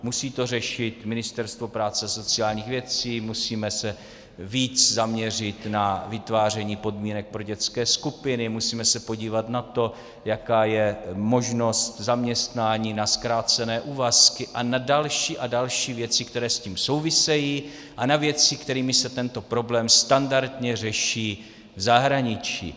Musí to řešit Ministerstvo práce a sociálních věcí, musíme se víc zaměřit na vytváření podmínek pro dětské skupiny, musíme se podívat na to, jaká je možnost zaměstnání na zkrácené úvazky a na další a další věci, které s tím souvisejí, a na věci, kterými se tento problém standardně řeší v zahraničí.